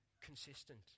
consistent